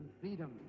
freedom